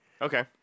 Okay